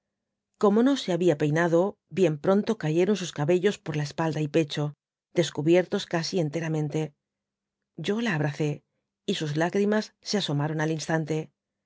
como no se habia peinado bien pronto cayeron sus cabellos por la espalda y pecho descubiertos casi enteramente yo la abrazé y sus lágrimas se asomaron al instante